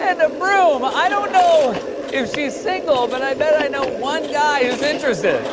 and a broom! i don't know if she's single, but i bet i know one guy who's interested.